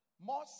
more